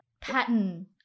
pattern